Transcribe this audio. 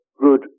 good